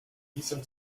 visum